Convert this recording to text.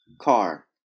car